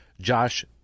Josh